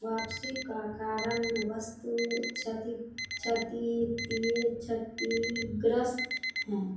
वापसी का कारण वस्तु क्षति क्षति इसलिए क्षतिग्रस्त हैं